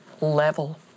level